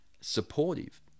supportive